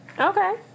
Okay